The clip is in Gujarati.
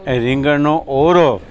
રીંગણનો ઓળો